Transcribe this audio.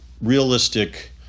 realistic